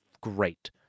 great